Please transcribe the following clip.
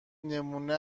نمونه